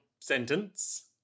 sentence